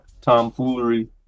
tomfoolery